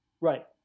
Right